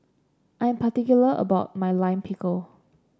I am particular about my Lime Pickle